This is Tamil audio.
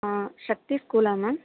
ஆ சக்தி ஸ்கூலா மேம்